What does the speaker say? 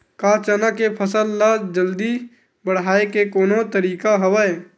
का चना के फसल ल जल्दी बढ़ाये के कोनो तरीका हवय?